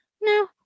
No